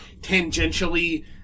tangentially